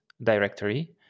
directory